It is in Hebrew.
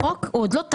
החוק הוא עוד לא תכל'ס.